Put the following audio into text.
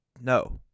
No